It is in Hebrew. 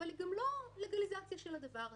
אבל היא גם לא לגליזציה של הדבר הזה.